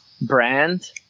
brand